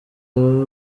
y’u